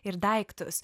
ir daiktus